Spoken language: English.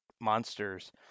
Monsters